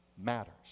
matters